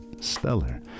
Stellar